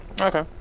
Okay